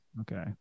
okay